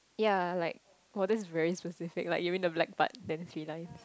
ya like for this is very specific like you win the the black part then feel nice